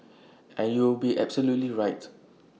and you would be absolutely right